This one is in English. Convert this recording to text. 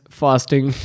fasting